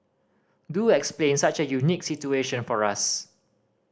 do explain such a unique situation for us